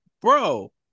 Bro